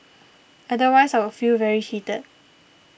otherwise I would feel very cheated